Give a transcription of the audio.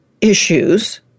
issues